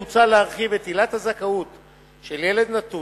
מוצע להרחיב את עילת הזכאות של "ילד נטוש",